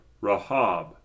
Rahab